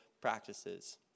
practices